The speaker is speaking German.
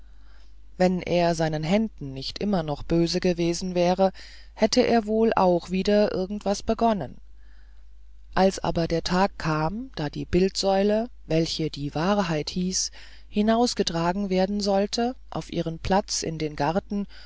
wenn er seinen händen nicht immer noch böse gewesen wäre er hätte wohl auch wieder irgendwas begonnen als aber der tag kam da die bildsäule welche die wahrheit hieß hinausgetragen werden sollte auf ihren platz in den garten